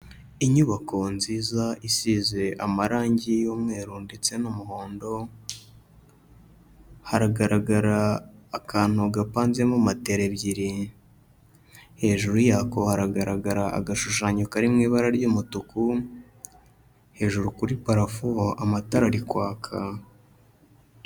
Inyubako nziza isize amarange y'umweru ndetse n'umuhondo, haragaragara akantu gapanzemo matera ebyiri, hejuru yako haragaragara agashushanyo kari mu ibara ry'umutuku, hejuru kuri parafo ho amatara ari kwaka.